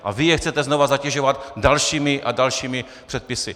A vy je chcete znovu zatěžovat dalšími a dalšími předpisy.